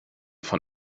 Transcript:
von